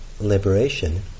liberation